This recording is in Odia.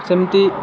ସେମିତି